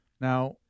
Now